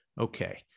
Okay